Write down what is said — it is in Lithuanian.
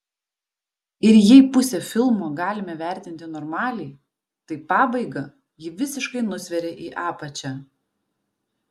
ir jei pusę filmo galime vertinti normaliai tai pabaiga jį visiškai nusveria į apačią